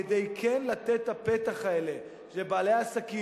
כדי כן לתת את הפתח הזה לבעלי עסקים,